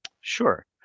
Sure